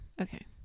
Okay